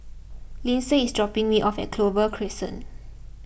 Linsey is dropping me off at Clover Crescent